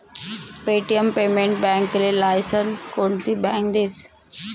Paytm payment बॅकले licence कोनती bank देस?